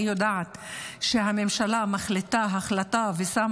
אני יודעת שכשהממשלה מחליטה החלטה ושמה